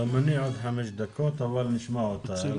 גם אני בעוד חמש דקות, אבל נשמע אותה.